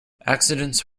accidents